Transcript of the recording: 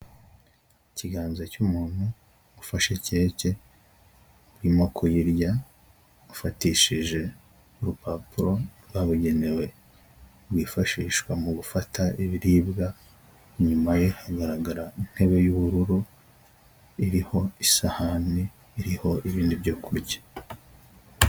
Ikiganza cy'umuntu ufashe keke arimo kuyirya afatishije urupapuro rwabugenewe rwifashishwa mu gufata ibiribwa inyuma ye hagaragara intebe y'ubururu iriho isahani iriho ibindi byo kurya.